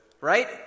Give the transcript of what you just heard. right